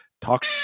talk